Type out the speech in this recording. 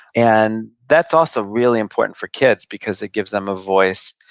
and that's also really important for kids, because it gives them a voice.